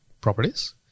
properties